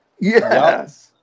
Yes